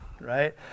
right